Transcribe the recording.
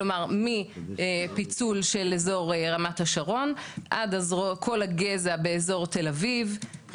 כלומר פיצול של אזור רמת השרון עד אז כל הגזע באזור תל אביב,